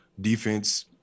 defense